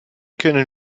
können